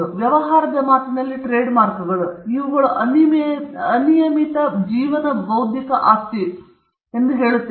ವ್ಯವಹಾರದ ಮಾತಿನಲ್ಲಿ ಟ್ರೇಡ್ಮಾರ್ಕ್ಗಳು ಇವುಗಳು ಅನಿಯಮಿತ ಜೀವನ ಬೌದ್ಧಿಕ ಆಸ್ತಿ ಎಂದು ನಾವು ಹೇಳುತ್ತೇವೆ